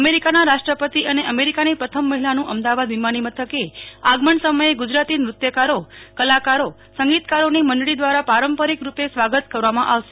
અમેરિકાના રાષ્ટ્રપતિ અને અમેરિકાની પ્રથમ મહિલાનું અમદાવાદ વિમાની મથકે આગમન સમયે ગુજરાતી નૃત્યકારો કલાકારો સંગીતકારોની મંડળી દ્વારા પારંપરિક રૂપે સ્વાગત કરવામાં આવશે